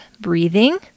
breathing